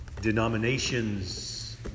denominations